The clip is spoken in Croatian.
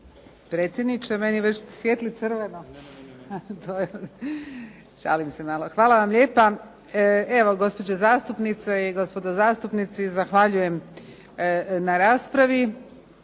predsjedniče. Meni već svijetli crveno. Šalim se malo. Hvala vam lijepo. Evo gospođe zastupnice i gospodo zastupnici, zahvaljujem na raspravi.